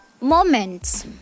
moments